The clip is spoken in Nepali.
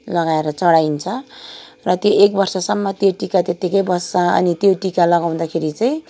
लगाएर चढाइन्छ र त्यो एक वर्षसम्म त्यो टिका त्यत्तिकै बस्छ अनि टिका लगाउँदाखेरि चाहिँ